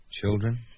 Children